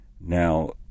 Now